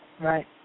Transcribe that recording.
Right